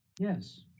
Yes